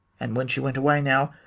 and when she went away now,